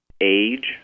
age